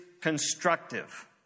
constructive